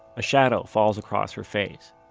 a shadow falls across her face.